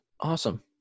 Awesome